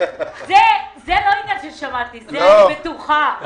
זה לא עניין של שמעתי, זה אני בטוחה.